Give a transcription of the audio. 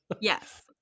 yes